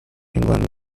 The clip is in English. england